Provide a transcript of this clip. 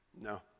no